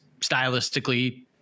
stylistically